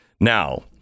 Now